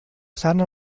sana